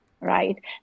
right